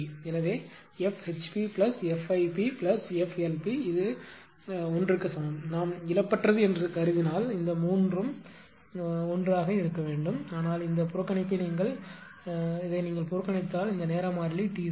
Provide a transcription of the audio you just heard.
எனவே F HPF IPF LP இது 1 க்கு சமம் நாம் இழப்பற்றது என்று கருதினால் இந்த 3 1 ஆக இருக்க வேண்டும் ஆனால் இந்த புறக்கணிப்பை நீங்கள் புறக்கணித்தால் இந்த நேர மாறிலி T c